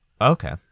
Okay